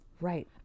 Right